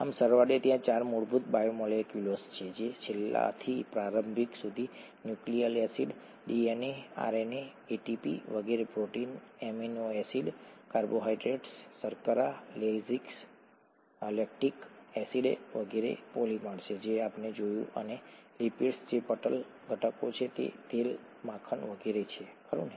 આમ સરવાળે ત્યાં ૪ મૂળભૂત બાયોમોલેક્યુલ્સ છે જે છેલ્લાથી પ્રારંભિક nucleic acids DNA RNA ATP વગેરે પ્રોટીન એમિનો એસિડ્સ કાર્બોહાઇડ્રેટ્સ શર્કરા લેક્ટિક એસિડ વગેરેના પોલિમર છે જે આપણે જોયું છે અને લિપિડ્સ જે પટલ ઘટકો છે તેલ માખણ વગેરે છે ખરું ને